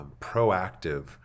proactive